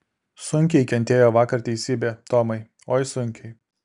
sunkiai kentėjo vakar teisybė tomai oi sunkiai